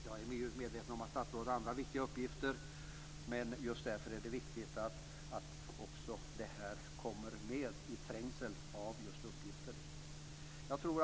Jag är medveten om att statsrådet har andra viktiga uppgifter, men just därför är det viktigt att också detta kommer med i trängseln av uppgifter.